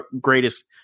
greatest